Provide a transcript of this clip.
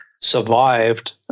survived